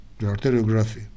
arteriography